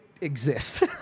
exist